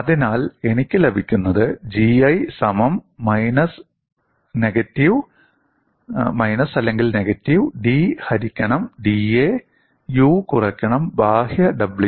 അതിനാൽ എനിക്ക് ലഭിക്കുന്നത് GI സമം "മൈനസ് നെഗറ്റീവ് d ഹരിക്കണം dA 'U കുറക്കണം ബാഹ്യ W'